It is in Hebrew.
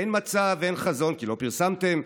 אין מצע ואין חזון, כי לא פרסמתם.